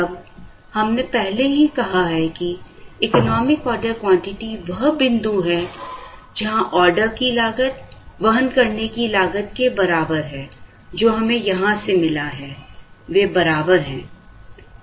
अब हमने पहले ही कहा है कि इकोनॉमिक ऑर्डर क्वांटिटी वह बिंदु है जहां ऑर्डर की लागत वहन करने की लागत के बराबर है जो हमें यहां से मिला है वे बराबर हैं